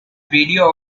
video